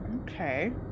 Okay